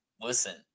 listen